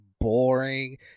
boring